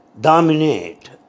dominate